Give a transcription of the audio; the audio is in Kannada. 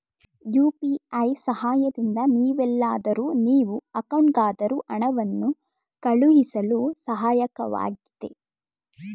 ಯು.ಪಿ.ಐ ಸಹಾಯದಿಂದ ನೀವೆಲ್ಲಾದರೂ ನೀವು ಅಕೌಂಟ್ಗಾದರೂ ಹಣವನ್ನು ಕಳುಹಿಸಳು ಸಹಾಯಕವಾಗಿದೆ